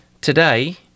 Today